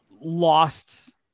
lost